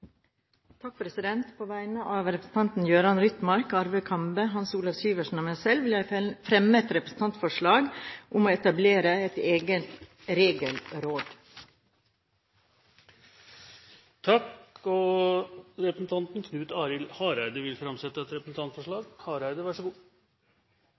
På vegne av representanten Jørund Rytman, Arve Kambe, Hans Olav Syversen og meg selv vil jeg fremme et representantforslag om å etablere et eget «Regelråd». Representanten Knut Arild Hareide vil framsette et representantforslag.